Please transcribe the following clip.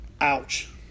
Ouch